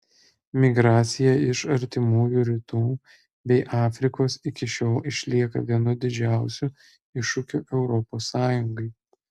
migracija iš artimųjų rytų bei afrikos iki šiol išlieka vienu didžiausių iššūkių europos sąjungai